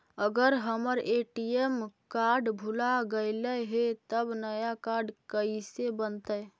अगर हमर ATM card भुला गैलै हे तब नया काड कइसे बनतै?